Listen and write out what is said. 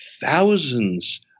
thousands